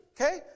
okay